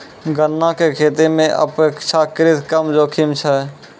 गन्ना के खेती मॅ अपेक्षाकृत कम जोखिम छै